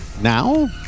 now